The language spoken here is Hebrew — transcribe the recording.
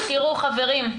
תראו, חברים,